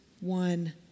one